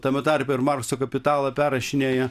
tame tarpe ir markso kapitalą perrašinėja